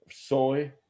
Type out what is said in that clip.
Soy